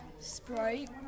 Sprite